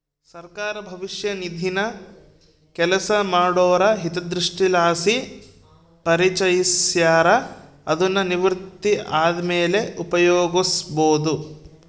ಸರ್ಕಾರ ಭವಿಷ್ಯ ನಿಧಿನ ಕೆಲಸ ಮಾಡೋರ ಹಿತದೃಷ್ಟಿಲಾಸಿ ಪರಿಚಯಿಸ್ಯಾರ, ಅದುನ್ನು ನಿವೃತ್ತಿ ಆದ್ಮೇಲೆ ಉಪಯೋಗ್ಸ್ಯಬೋದು